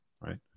right